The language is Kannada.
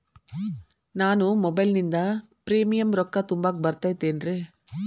ನಾನು ಮೊಬೈಲಿನಿಂದ್ ಪ್ರೇಮಿಯಂ ರೊಕ್ಕಾ ತುಂಬಾಕ್ ಬರತೈತೇನ್ರೇ?